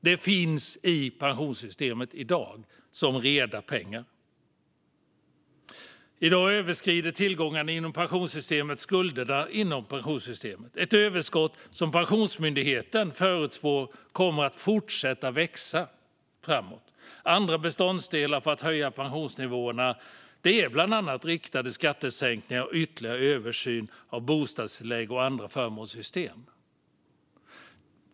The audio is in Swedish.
Detta finns som reda pengar i pensionssystemet i dag. I dag överskrider tillgångarna skulderna inom pensionssystemet. Det är ett överskott som, förutspår Pensionsmyndigheten, kommer att fortsätta växa framöver. Andra beståndsdelar för att höja pensionsnivåerna är bland annat riktade skattesänkningar och ytterligare översyn av bostadstillägg och andra förmånssystem.